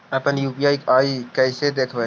अपन यु.पी.आई कैसे देखबै?